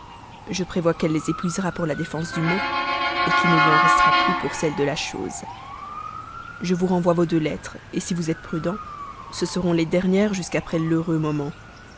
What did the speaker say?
je prévois qu'elle les épuisera pour la défense du mot qu'il ne lui en restera plus pour celle de la chose je vous renvoie vos deux lettres si vous êtes prudent ce seront les dernières jusqu'après l'heureux moment